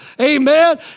Amen